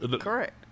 Correct